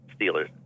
Steelers